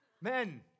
Men